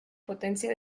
potencia